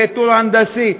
בטור הנדסי,